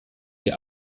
der